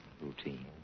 routine